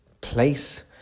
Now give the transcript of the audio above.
place